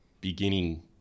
beginning